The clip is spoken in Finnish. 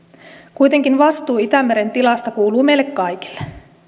kuitenkin vastuu itämeren tilasta kuuluu meille kaikille